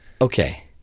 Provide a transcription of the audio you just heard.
Okay